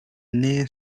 near